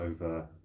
over